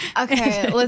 Okay